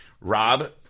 Rob